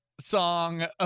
song